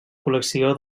col·lecció